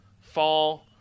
fall